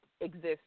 exist